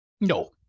No